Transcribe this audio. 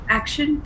action